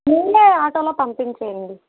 మీరే ఆటోలో పంపించేయండి